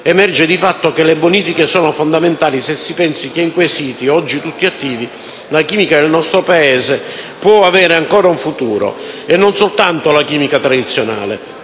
emerge di fatto che le bonifiche sono fondamentali se si pensa che in questi siti, oggi tutti attivi, la chimica del nostro Paese possa avere ancora un futuro, e non soltanto la chimica tradizionale.